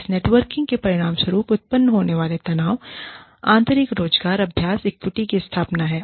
इस नेटवर्किंग के परिणामस्वरूप उत्पन्न होने वाले तनाव आंतरिक रोजगार अभ्यास इक्विटी की स्थापना है